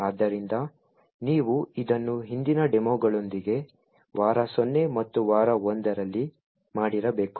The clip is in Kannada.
ಆದ್ದರಿಂದ ನೀವು ಇದನ್ನು ಹಿಂದಿನ ಡೆಮೊಗಳೊಂದಿಗೆ ವಾರ 0 ಮತ್ತು ವಾರ 1 ದರಲ್ಲಿ ಮಾಡಿರಬೇಕು